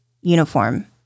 uniform